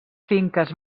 finques